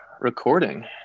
recording